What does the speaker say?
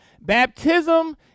Baptism